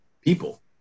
people